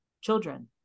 children